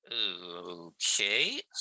Okay